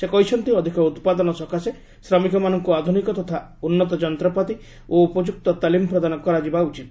ସେ କହିଛନ୍ତି ଅଧିକ ଉତ୍ପାଦନ ସକାଶେ ଶ୍ରମିକମାନଙ୍କୁ ଆଧୁନିକ ତଥା ଉନ୍ନତ ଯନ୍ତ୍ରପାତି ଓ ଉପଯୁକ୍ତ ତାଲିମ ପ୍ରଦାନ କରାଯିବା ଉଚିତ